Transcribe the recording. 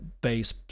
base